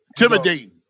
Intimidating